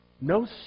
No